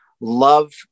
love